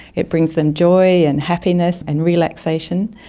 it brings them joy and happiness and relaxation.